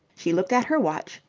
she looked at her watch,